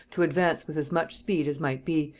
to advance with as much speed as might be,